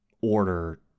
order